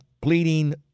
pleading